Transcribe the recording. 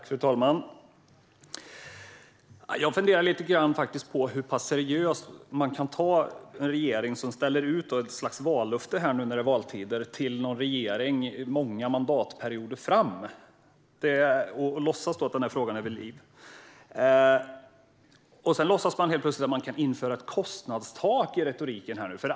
Fru talman! Jag funderar på hur seriöst man kan ta en regering som ställer ut ett slags löfte nu när det är valtider för en regering många mandatperioder framåt och som låtsas att denna fråga är vid liv. I sin retorik låtsas man sedan helt plötsligt att man kan införa ett kostnadstak.